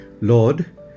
Lord